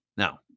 Now